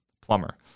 plumber